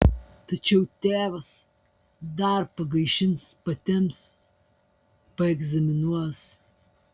tačiau tėvas dar pagaišins patemps paegzaminuos